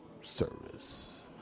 Service